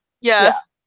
yes